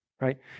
right